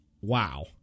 wow